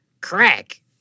crack